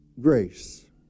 grace